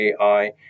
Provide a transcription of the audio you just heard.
AI